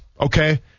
Okay